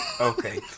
Okay